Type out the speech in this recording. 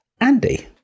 Andy